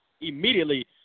immediately